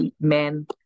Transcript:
men